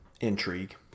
intrigue